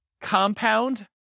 Compound